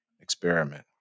experiment